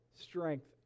strength